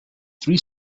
three